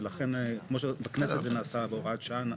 ולכן כמו שבכנסת זה נעשה בהוראת שעה.